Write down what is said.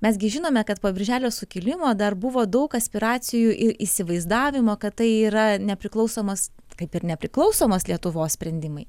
mes gi žinome kad po birželio sukilimo dar buvo daug aspiracijų ir įsivaizdavimo kad tai yra nepriklausomos kaip ir nepriklausomos lietuvos sprendimai